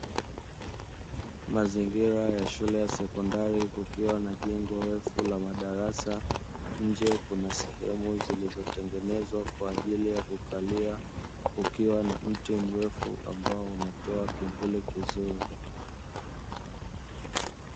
Mazingira ya shule ya sekondari kukiwa na jengo refu la madarasa, nje kuna sehemu zilizotengenezwa kwa ajili ya kukalia kukiwa na mti mrefu ambao unatoa kivuli kizuri.